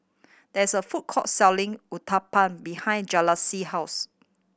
there is a food court selling Uthapam behind Julisa's house